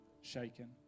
shaken